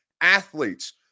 athletes